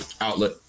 outlet